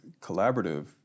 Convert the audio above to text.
collaborative